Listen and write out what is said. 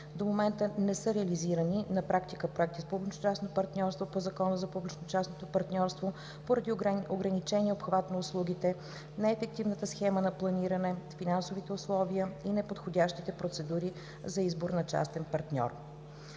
до момента не са реализирани на практика проекти с публично-частно партньорство по Закона за публично-частното партньорство поради ограничения обхват на услугите, неефективната схема на планиране, финансовите условия и неподходящите процедури за избор на частен партньор.